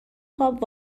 خواب